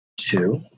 Two